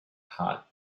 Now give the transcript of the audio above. heart